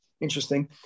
interesting